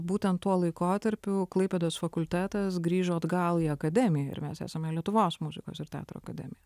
būtent tuo laikotarpiu klaipėdos fakultetas grįžo atgal į akademiją ir mes esame lietuvos muzikos ir teatro akademija